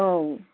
औ